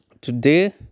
today